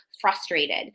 frustrated